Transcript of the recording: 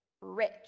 rich